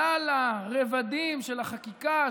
שלל הרבדים של החקיקה,